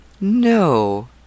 No